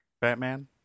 Batman